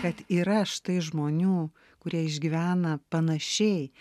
kad yra štai žmonių kurie išgyvena panašiai